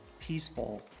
peaceful